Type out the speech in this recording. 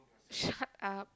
shut up